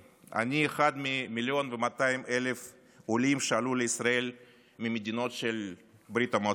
אני אחד מ-1.2 מיליון עולים שעלו לישראל ממדינות ברית המועצות לשעבר.